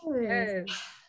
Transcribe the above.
Yes